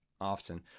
often